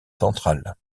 centrale